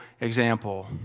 example